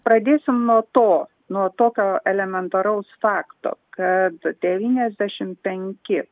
pradėsim nuo to nuo tokio elementaraus fakto kad devyniasdešimt penki